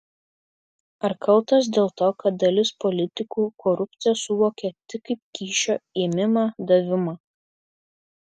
ar kaltos dėl to kad dalis politikų korupciją suvokia tik kaip kyšio ėmimą davimą